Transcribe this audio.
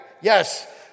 Yes